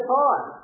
time